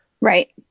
Right